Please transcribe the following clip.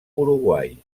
uruguai